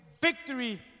victory